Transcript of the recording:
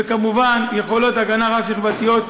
וכמובן יכולות הגנה רב-שכבתיות,